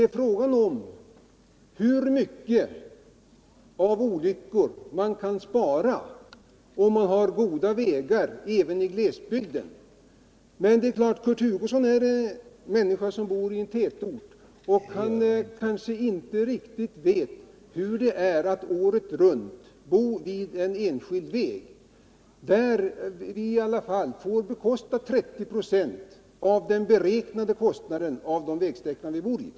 Men frågan är också hur många olyckor som kan undvikas, om man har goda vägar även i glesbygder. Kurt Hugosson, som bor i en tätort, kanske inte riktigt vet hur det är för oss som året runt bor vid en enskild väg. Vi får ändå betala 30 96 av den beräknade kostnaden för den vägsträcka det gäller.